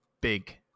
Big